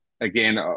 Again